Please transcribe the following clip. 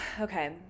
okay